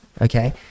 okay